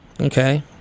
okay